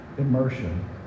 immersion